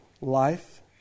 life